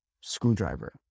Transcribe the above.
screwdriver